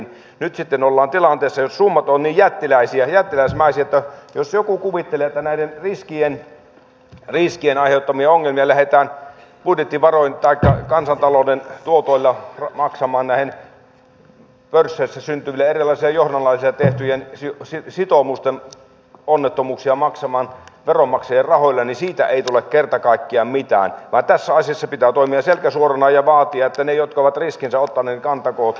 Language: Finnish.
nyt sitten ollaan tilanteessa jossa summat ovat niin jättiläismäisiä että jos joku kuvittelee että näiden riskien aiheuttamia ongelmia lähdetään budjettivaroin taikka kansantalouden tuotoilla maksamaan näiden pörsseissä syntyvillä erilaisilla johdannaisilla tehtyjen sitoumusten onnettomuuksia maksamaan veronmaksajien rahoilla niin siitä ei tule kerta kaikkiaan mitään vaan tässä asiassa pitää toimia selkä suorana ja vaatia että ne jotka ovat riskinsä ottaneet kantakoot ne